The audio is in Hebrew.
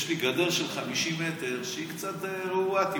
יש לי גדר של 50 מטר שהיא קצת רעועה.